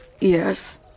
Yes